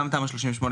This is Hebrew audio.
גם תמ"א 38,